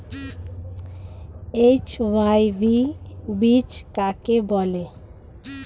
HYV বীজ কাকে বলে?